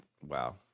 wow